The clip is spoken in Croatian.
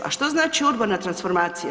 A što znači urbana transformacija?